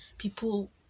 People